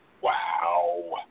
Wow